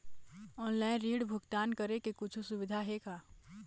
Online ऋण भुगतान करे के कुछू सुविधा हे का?